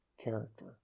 character